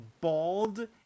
bald